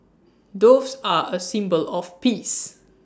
doves are A symbol of peace